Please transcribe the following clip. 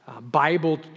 Bible